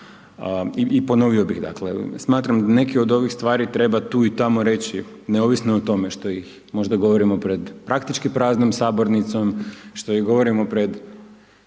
i ponovio bih dakle, smatram neke od ovih stvari treba tu i tamo reći neovisno o tome što ih možda govorimo pred praktički praznom sabornicom, što ih govorimo pred